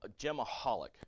gemaholic